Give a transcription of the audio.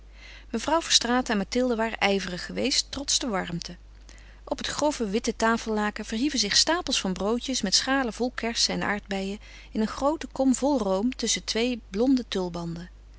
mevrouw verstraeten en mathilde waren ijverig geweest trots de warmte op het grove witte tafellaken verhieven zich stapels van broodjes met schalen vol kersen en aardbeien en een groote kom vol room tusschen twee blonde tulbanden